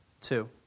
Two